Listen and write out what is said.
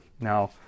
Now